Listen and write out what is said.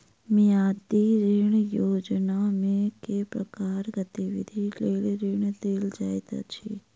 मियादी ऋण योजनामे केँ प्रकारक गतिविधि लेल ऋण देल जाइत अछि